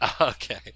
Okay